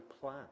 plan